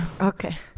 okay